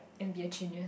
and be a genius